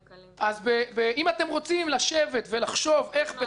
אם אתם רוצים לשבת ולחשוב איך בתוך